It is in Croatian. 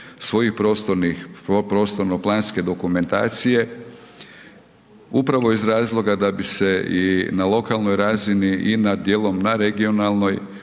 prostornih, prostorno planske dokumentacije upravo iz razloga da bi se i na lokalnoj i na djelom na regionalnoj,